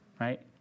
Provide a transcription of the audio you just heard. right